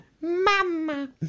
Mama